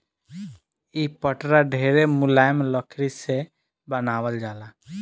इ पटरा ढेरे मुलायम लकड़ी से बनावल जाला